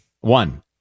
One